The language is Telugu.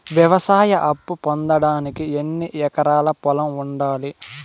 వ్యవసాయ అప్పు పొందడానికి ఎన్ని ఎకరాల పొలం ఉండాలి?